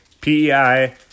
PEI